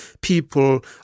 people